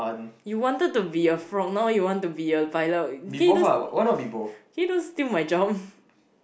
you wanted to be a frog now you want to be a pilot can you don't can you don't steal my job